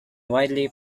widely